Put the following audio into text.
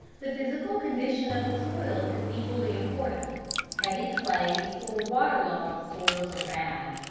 the physical condition of the soil is equally important heavy clays or water-logged soils are bad.